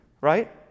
right